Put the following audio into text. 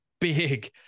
big